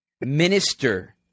Minister